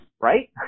right